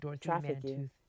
trafficking